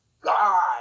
God